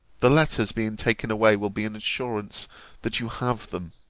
the letters being taken away will be an assurance that you have them.